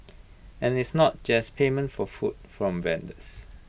and it's not just payment for food from vendors